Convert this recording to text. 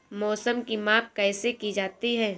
मौसम की माप कैसे की जाती है?